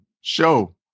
show